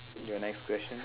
to the next question